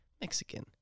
Mexican